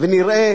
נראה